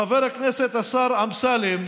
חבר הכנסת השר אמסלם,